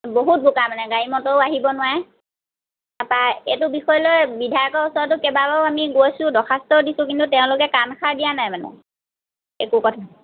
বহুত বোকা মানে গাড়ী মটৰো আহিব নোৱাৰে তাৰ পৰা এইটো বিষয়লৈ বিধায়কৰ ওচৰটো কেইবাবাৰো আমি গৈছোঁ দৰ্খাস্ত দিছোঁ কিন্তু তেওঁলোকে কাণসাৰ দিয়া নাই মানে এইটো কথা